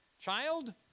child